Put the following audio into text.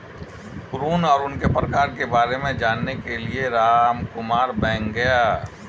ऋण और उनके प्रकार के बारे में जानने के लिए रामकुमार बैंक गया